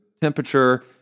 temperature